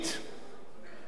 אדוני היושב-ראש,